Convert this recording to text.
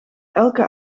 elke